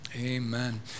amen